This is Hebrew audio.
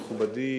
תודה רבה, מכובדי